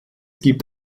gibt